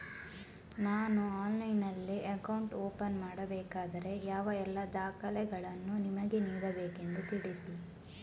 ನಾನು ಆನ್ಲೈನ್ನಲ್ಲಿ account open ಮಾಡಬೇಕಾದರೆ ಯಾವ ಎಲ್ಲ ದಾಖಲೆಗಳನ್ನು ನಿಮಗೆ ನೀಡಬೇಕೆಂದು ತಿಳಿಸಿ?